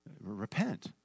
Repent